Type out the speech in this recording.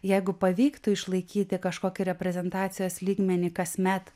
jeigu pavyktų išlaikyti kažkokį reprezentacijos lygmenį kasmet